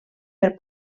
per